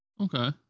Okay